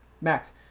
Max